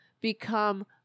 become